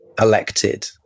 elected